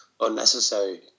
unnecessary